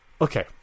okay